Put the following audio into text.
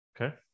Okay